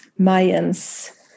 Mayans